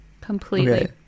Completely